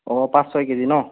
অঁ পাঁচ ছয় কেজি ন